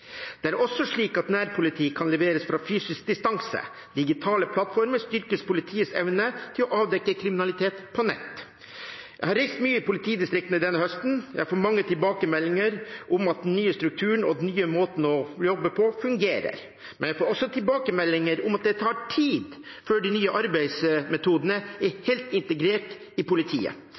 Det er også slik at nærpoliti kan leveres fra fysisk distanse. Digitale plattformer styrker politiets evne til å avdekke kriminalitet på nett. Jeg har reist mye i politidistriktene denne høsten. Jeg får mange tilbakemeldinger om at den nye strukturen og den nye måten å jobbe på, fungerer. Men jeg får også tilbakemeldinger om at det tar tid før de nye arbeidsmetodene er helt integrert i politiet.